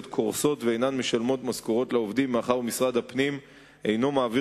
קורסות ואינן משלמות משכורות לעובדים מאחר שמשרד הפנים אינו מעביר